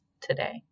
today